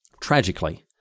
tragically